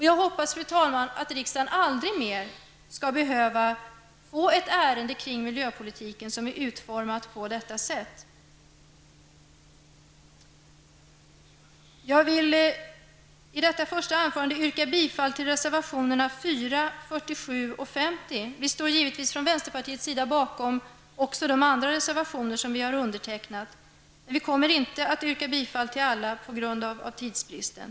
Jag hoppas, fru talman, att riksdagen aldrig mera skall behöva uppleva att ett ärende på miljöpolitikens område är utformat på detta sätt. I detta mitt första anförande i den här debatten yrkar jag bifall till reservationerna 4, 47 och 50. Men givetvis står vi i vänsterpartiet bakom alla de reservationer som vi har varit med om att underteckna. Vi kommer dock inte att yrka bifall till alla på grund av tidsbristen.